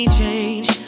change